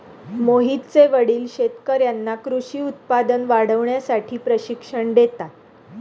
मोहितचे वडील शेतकर्यांना कृषी उत्पादन वाढवण्यासाठी प्रशिक्षण देतात